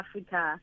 Africa